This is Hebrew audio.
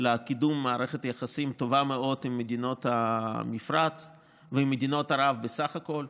לקידום מערכת יחסים טובה מאוד עם מדינות המפרץ ועם מדינות ערב בסך הכול.